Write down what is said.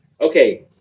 okay